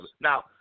Now